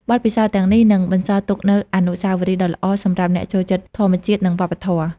បទពិសោធន៍ទាំងនេះនឹងបន្សល់ទុកនូវអនុស្សាវរីយ៍ដ៏ល្អសម្រាប់អ្នកចូលចិត្តធម្មជាតិ និងវប្បធម៌។